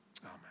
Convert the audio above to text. Amen